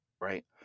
right